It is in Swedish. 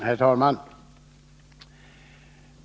Herr talman!